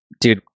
Dude